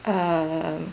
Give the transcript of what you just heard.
um